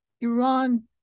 Iran